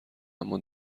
اما